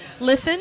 listen